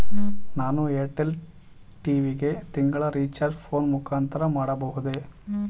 ನಾನು Airtel TV ಗೆ ತಿಂಗಳ ರಿಚಾರ್ಜ್ ಫೋನ್ ಮುಖಾಂತರ ಮಾಡಬಹುದೇ?